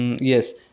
yes